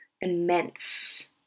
immense